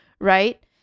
Right